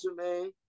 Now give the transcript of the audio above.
man